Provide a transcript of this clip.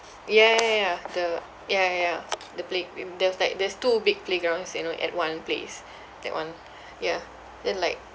ya ya ya the ya ya ya the play g~ where there was like there's two big playgrounds you know at one place that [one] yeah then like